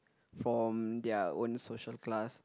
from their own social class